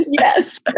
Yes